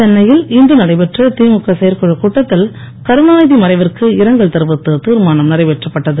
சென்னையில் இன்று நடைபெற்ற திமுக செயற்குழக் கூட்டத்தில் கருணாநிதி மறைவிற்கு இரங்கல் தெரிவித்து தீர்மானம் நிறைவேற்றப்பட்டது